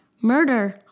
Murder